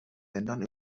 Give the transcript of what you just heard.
ländern